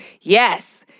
Yes